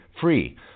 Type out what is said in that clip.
free